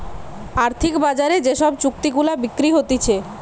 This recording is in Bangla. আর্থিক বাজারে যে সব চুক্তি গুলা বিক্রি হতিছে